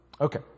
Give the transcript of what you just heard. Okay